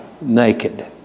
naked